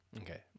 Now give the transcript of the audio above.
Okay